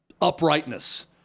uprightness